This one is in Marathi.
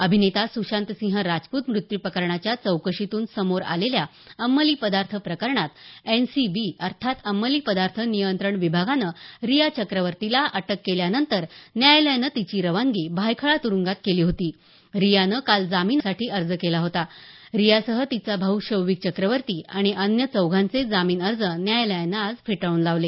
अभिनेता सुशांतसिंह राजपूत मृत्यू प्रकरणाच्या चौकशीतून समोर आलेल्या अंमली पदार्थ प्रकरणात एनसीबी अर्थात अंमलीपदार्थ नियंत्रण विभागानं रिया चक्रवर्तीला अटक केल्यानंतर न्यायालयानं तिची खानगी भायखळा तुरुंगात केली होती रियानं काल जामीनासाठी अर्ज केला होता रियासह तिचा भाऊ शौविक चक्रवर्ती आणि अन्य चौघांचे जामीन अर्ज न्यायालयानं आज फेटाळून लावले